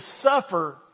suffer